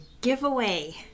giveaway